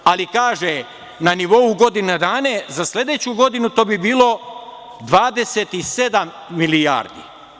Ali kaže – na nivou od godinu dana, za sledeću godinu to bi bilo 27 milijardi.